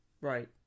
right